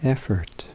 Effort